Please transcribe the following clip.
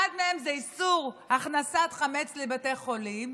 אחד מהם זה איסור הכנסת חמץ לבתי חולים,